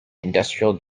industrial